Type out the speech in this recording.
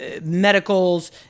medicals